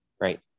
Right